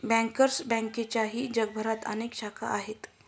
bankers बँकेच्याही जगभरात अनेक शाखा आहेत